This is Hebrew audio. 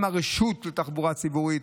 עם הרשות לתחבורה ציבורית,